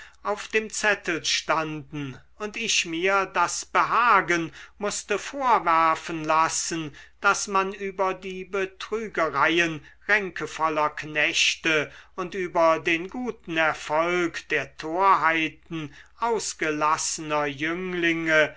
auf dem zettel standen und ich mir das behagen mußte vorwerfen lassen das man über die betrügereien ränkevoller knechte und über den guten erfolg der torheiten ausgelassener jünglinge